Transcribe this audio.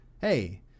hey